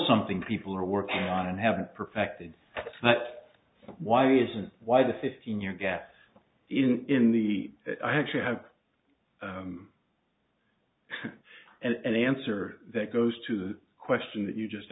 something people are working on and have perfected that why isn't why the fifteen year gap in the i actually have and the answer that goes to the question that you just